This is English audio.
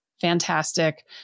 fantastic